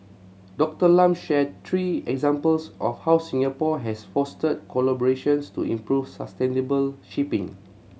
Doctor Lam shared three examples of how Singapore has fostered collaborations to improve sustainable shipping